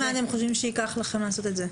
כמה זמן אתם חושבים שייקח לכם לעשות את זה?